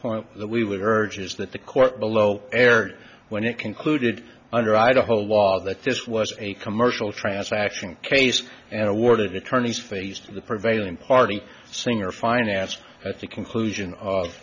point that we would urge is that the court below erred when it concluded under idaho law that this was a commercial transaction case and awarded attorney's fees to the prevailing party singer finance i think conclusion of